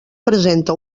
presenta